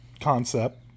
concept